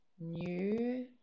new